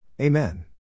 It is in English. Amen